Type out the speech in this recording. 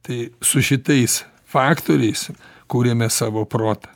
tai su šitais faktoriais kuriame savo protą